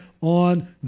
on